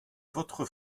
votre